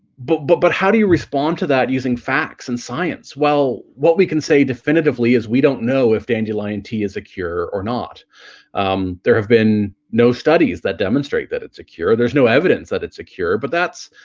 but, but but how do you respond to that using facts and science? well what we can say definitively is we don't know if the dandelion tea is a cure or not there have been no studies that demonstrate that it's secure there's no evidence, that it's secure, but that's,